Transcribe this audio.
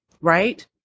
Right